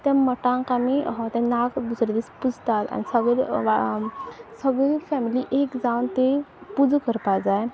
त्या मटांक आमी ते नाग दुसरे दीस पुजतात आनी सगळे सगळी फॅमिली एक जावन ती पुजा करपा जाय